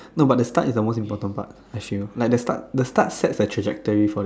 no but the start is the most important part I feel like the start the start sets a trajectory for